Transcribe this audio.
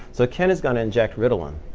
so ken is going to inject ritalin,